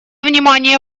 внимание